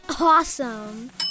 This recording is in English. Awesome